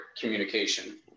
communication